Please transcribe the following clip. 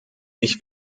ich